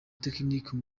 technique